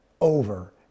over